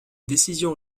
décisions